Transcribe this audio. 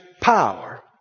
power